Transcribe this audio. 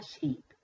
heap